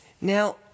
Now